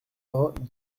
vingt